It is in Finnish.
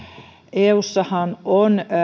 eussahan on